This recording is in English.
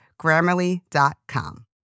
Grammarly.com